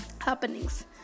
happenings